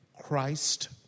Christ